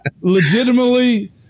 Legitimately